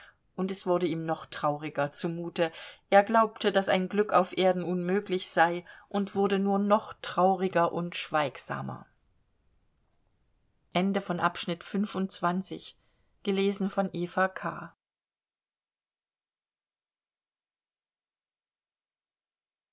und es wurde ihm noch trauriger zumute er glaubte daß ein glück auf erden unmöglich sei und wurde nur noch trauriger und schweigsamer